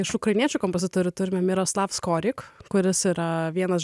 iš ukrainiečių kompozitorių turime miroslavą skorik kuris yra vienas